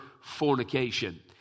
fornication